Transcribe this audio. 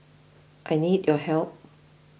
I need your help